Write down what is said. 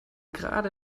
gerade